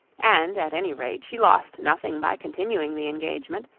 and at any rate, she lost nothing by continuing the engagement,